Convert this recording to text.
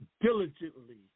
diligently